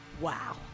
wow